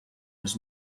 was